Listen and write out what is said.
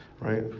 right